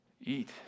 eat